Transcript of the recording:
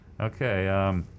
Okay